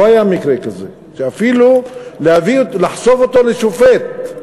לא היה מקרה כזה, שאפילו לחשוף אותו לשופט,